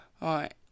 Right